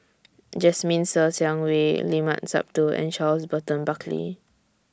Jasmine Ser Xiang Wei Limat Sabtu and Charles Burton Buckley